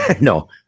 no